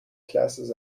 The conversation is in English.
classes